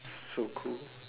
so cool